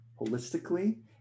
holistically